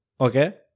Okay